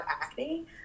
acne